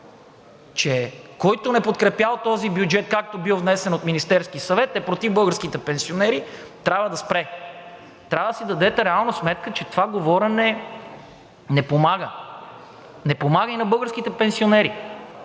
че който не подкрепял този бюджет, както бил внесен от Министерския съвет, е против българските пенсионери, трябва да спре, трябва да си дадете реална сметка, че това говорене не помага. Не помага и на българските пенсионери.